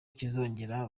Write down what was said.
kizongera